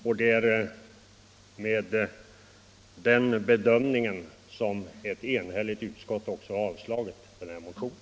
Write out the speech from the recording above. Det är med den bedömningen som ett enhälligt utskott också har avstyrkt motionen.